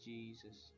Jesus